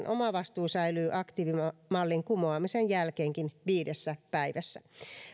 omavastuu säilyy aktiivimallin kumoamisen jälkeenkin viidessä päivässä